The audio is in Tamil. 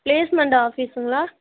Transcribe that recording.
ப்ளேஸ்மண்ட் ஆஃபீஸ்ங்களா